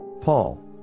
Paul